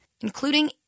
including